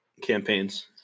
campaigns